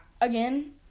again